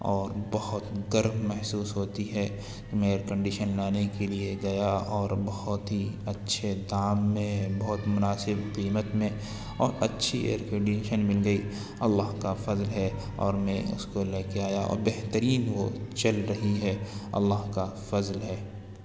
اور بہت گرم محسوس ہوتی ہے میں ایئر کنڈیشن لانے کے لیے گیا اور بہت ہی اچھے دام میں بہت مناسب قیمت میں اور اچھی ایئر کنڈیشن مل گئی اللہ کا فضل ہے اور میں اس کو لے کے آیا بہترین وہ چل رہی ہے اللہ کا فضل ہے